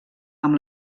amb